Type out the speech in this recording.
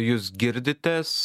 jūs girditės